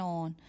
on